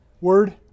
Word